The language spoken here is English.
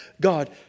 God